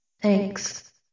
Thanks